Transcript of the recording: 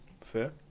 fair